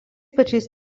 pačiais